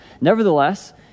Nevertheless